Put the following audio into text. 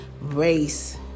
race